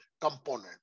component